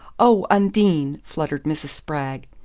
oh, undine! fluttered mrs. spragg.